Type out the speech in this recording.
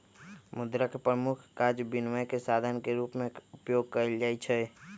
मुद्रा के प्रमुख काज विनिमय के साधन के रूप में उपयोग कयल जाइ छै